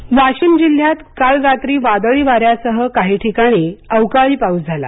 वाशीम वाशीम जिल्ह्यात काल रात्री वादळी वाऱ्यासह काही ठिकाणी अवकाळी पाऊस झाला